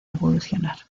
evolucionar